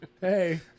hey